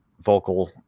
Vocal